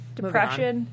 Depression